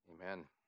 Amen